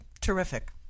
Terrific